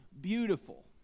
beautiful